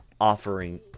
offering